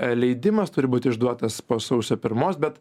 leidimas turi būti išduotas po sausio pirmos bet